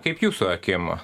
kaip jūsų akim